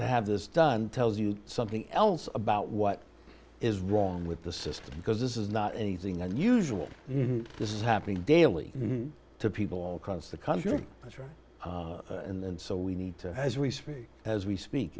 to have this done tells you something else about what is wrong with the system because this is not anything unusual in this is happening daily to people all across the country that's right and so we need to as we speak as we speak